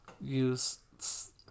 use